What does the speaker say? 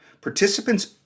Participants